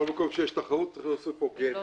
האחרים שמזכירים את חוק ההגבלים העסקיים.